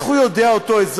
איך הוא יודע, אותו אזרח?